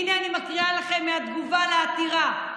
הינה, אני מקריאה לכם מהתגובה לעתירה.